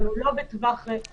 אבל הוא לא בטווח שמיעה,